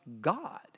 God